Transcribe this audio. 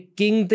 king